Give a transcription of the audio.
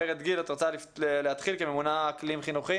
ורד גיל, את רוצה להתחיל כממונה על אקלים חינוכי